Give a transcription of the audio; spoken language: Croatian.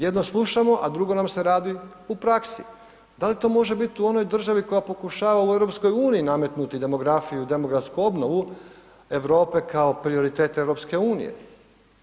Jedno slušamo a drugo nam se radi u praksi, da li to može bit u onoj državi koja pokušava u EU-u nametnuti demografiju i demografsku obnovu Europe kao prioritet EU-a?